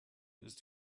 ist